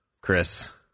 Chris